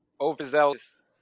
overzealous